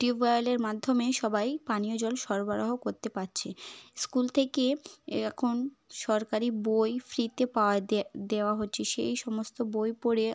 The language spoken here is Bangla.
টিউবওয়েলের মাধ্যমে সবাই পানীয় জল সরবরাহ করতে পারছে স্কুল থেকে এখন সরকারি বই ফ্রিতে পাওয়া দেওয়া হচ্ছে সেই সমস্ত বই পড়ে